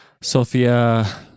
Sophia